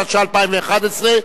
התשע"א 2011,